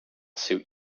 suit